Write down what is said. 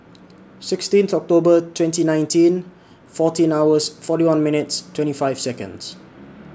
sixteen October twenty nineteen fourteen hours forty one minutes twenty five Seconds